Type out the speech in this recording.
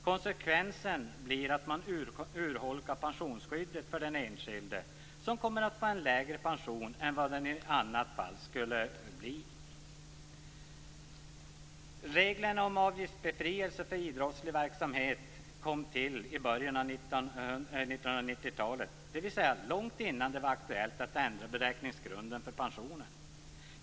Konsekvensen blir att man urholkar pensionsskyddet för den enskilde som kommer att få en lägre pension än vad han eller hon i annat fall skulle få. Reglerna om avgiftsbefrielse för idrottslig verksamhet kom till i början av 1990-talet, dvs. långt innan det var aktuellt att ändra beräkningsgrunden för pensionen.